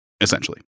essentially